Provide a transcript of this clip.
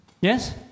Yes